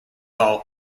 all